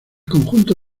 conjunto